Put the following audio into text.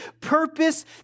purpose